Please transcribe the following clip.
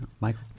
Michael